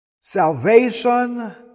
Salvation